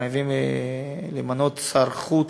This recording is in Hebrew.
חייבים למנות שר חוץ,